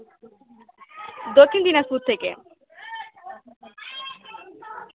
দক্ষিণ দিনাজপুর থেকে